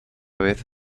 vez